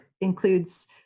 includes